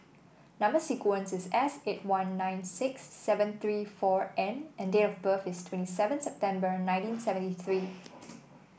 number sequence is S eight one nine six seven three four N and date of birth is twenty seven September nineteen seventy three